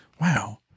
Wow